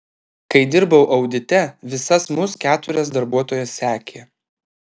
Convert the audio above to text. kai dirbau audite visas mus keturias darbuotojas sekė